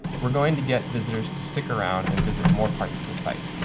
we're going to get visitors to stick around and visit more parts of the sites.